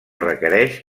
requereix